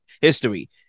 history